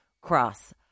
cross